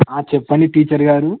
చెప్పండి టీచర్ గారు